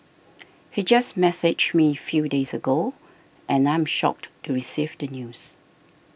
he just messaged me few days ago and I am shocked to receive the news